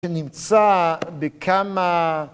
שנמצא בכמה...